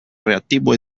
reattivo